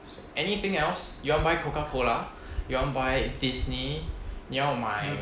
anything else you want buy coca cola you want buy disney 你要买